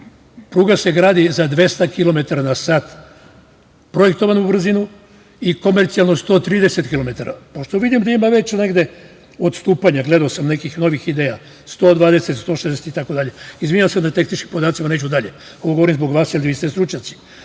Pruga se gradi za 200 kilometara na sat projektovanu brzinu i komercijalno 130 kilometara. Pošto vidim da ima već negde odstupanja, gledao sam, nekih novih ideja, 120, 160 itd, izvinjavam se na tehničkim podacima, neću dalje, ovo govorim zbog vas, jer vi ste stručnjaci,